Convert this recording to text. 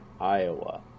Iowa